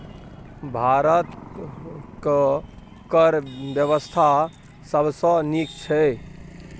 भारतक कर बेबस्था सबसँ नीक छै